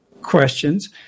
questions